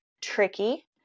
tricky